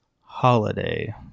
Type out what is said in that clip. holiday